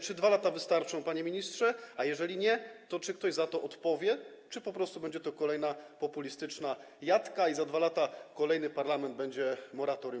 Czy 2 lata wystarczą, panie ministrze, a jeżeli nie, to czy ktoś za to odpowie, czy po prostu będzie to kolejna populistyczna jatka i za 2 lata kolejny parlament będzie podpisywał moratorium?